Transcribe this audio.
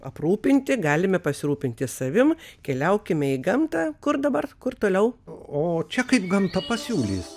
aprūpinti galime pasirūpinti savimi keliaukime į gamtą kur dabar kur toliau o čia kaip gamta pasiūlys